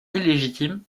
illégitime